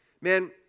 Man